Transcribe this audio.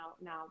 Now